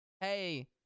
hey